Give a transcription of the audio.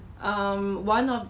and place it at my house